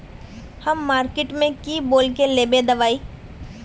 हम मार्किट में की बोल के लेबे दवाई?